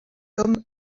comme